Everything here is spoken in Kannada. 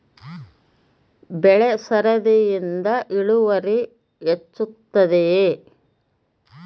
ಬೆಳೆ ಸರದಿಯಿಂದ ಇಳುವರಿ ಹೆಚ್ಚುತ್ತದೆಯೇ?